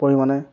পৰিমাণে